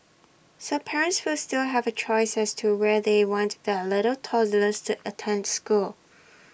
so parents will still have A choice as to where they want their little toddlers to attend school